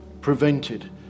prevented